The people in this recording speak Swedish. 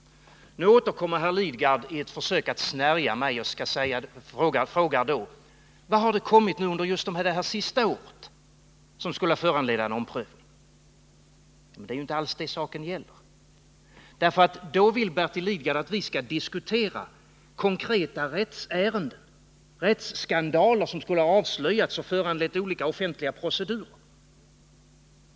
Nu återkommer herr Lidgard i ett försök att värja sig och frågar: Vad har hänt just under det senaste året som skulle ha föranlett en omprövning? Det är ju inte alls det som saken gäller. Bertil Lidgard vill att vi skall diskutera konkreta rättsärenden, rättsskandaler, som skulle ha avslöjats och föranlett olika offentliga procedurer.